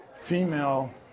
female